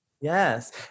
Yes